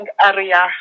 area